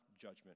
judgment